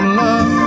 love